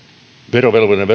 verovelvollinen